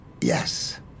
Yes